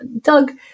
Doug